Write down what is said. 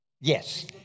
Yes